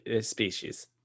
species